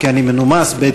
כי אני מנומס, ב.